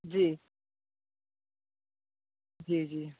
जी जी जी